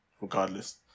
regardless